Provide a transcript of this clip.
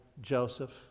Joseph